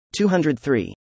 203